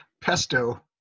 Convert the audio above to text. pesto